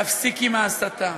להפסיק עם ההסתה.